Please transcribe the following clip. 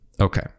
Okay